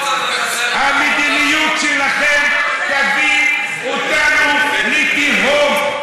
המדיניות שלכם תביא אותנו לתהום.